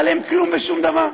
אבל הם כלום ושום דבר.